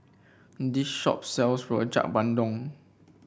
this shop sells Rojak Bandung